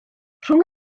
rhwng